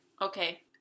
okay